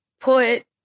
put